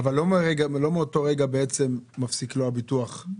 --- אבל לא מאותו רגע בעצם מפסיק לו הביטוח.